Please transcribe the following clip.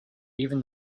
even